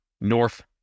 North